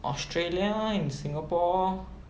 australia in singapore